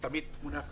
נתונים מעודכנים,